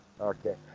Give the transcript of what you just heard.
Okay